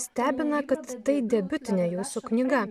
stebina kad tai debiutinė jūsų knyga